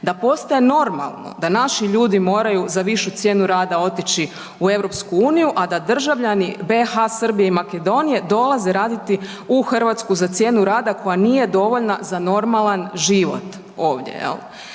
da postaje normalno da naši ljudi moraju za višu cijenu rada otići u EU, a da državljani BH, Srbije i Makedonije, dolaze raditi u Hrvatsku za cijenu rada koja nije dovoljna za normalan život ovdje,